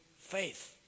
faith